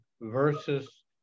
versus